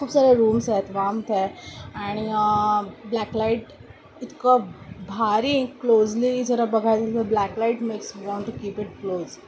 खूप सारे रूम्स आहेत वाम्थ आहे आणि ब्लॅक लाईट इतकं भारी क्लोजली जरा बघायचं black light mix you want to keep it close